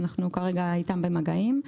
אנחנו כרגע איתם במגעים.